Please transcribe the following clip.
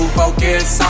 focus